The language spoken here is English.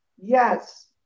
yes